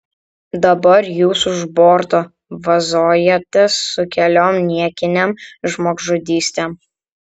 dabar jūs už borto vazojatės su keliom niekinėm žmogžudystėm